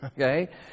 Okay